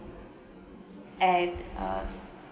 and uh